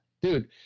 Dude